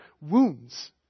wounds